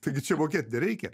taigi čia mokėt nereikia